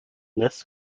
this